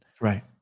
right